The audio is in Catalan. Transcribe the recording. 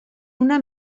una